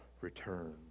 return